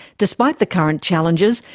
despite the current challenges,